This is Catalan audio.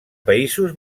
països